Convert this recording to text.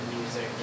music